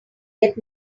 get